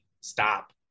stop